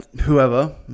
whoever